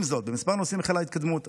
עם זאת, בכמה נושאים חלה התקדמות.